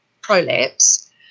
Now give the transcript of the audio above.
prolapse